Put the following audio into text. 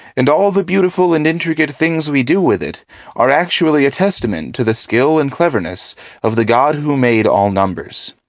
and all the beautiful and intricate things we do with it are actually a testament to the skill and cleverness of the god who made all numbers.